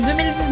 2019